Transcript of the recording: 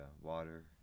water